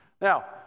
Now